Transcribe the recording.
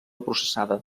processada